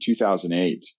2008